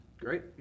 Great